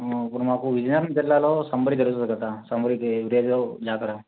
ఇప్పుడు మాకు విజయనగరం జిల్లాలో సంబారి జరుగుతాది కదా జాతర